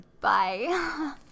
Bye